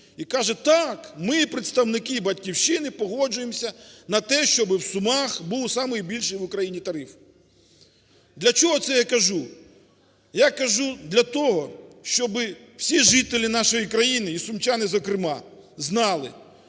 і каже так, ми представники "Батьківщини" погоджуємося на те, що в Сумах був самий більший в Україні тариф. Для чого це я кажу? Я кажу для того, щоб всі жителі нашої країни і сумчани, зокрема, знали,